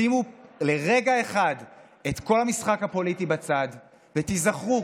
שימו לרגע אחד את כל המשחק הפוליטי בצד ותזכרו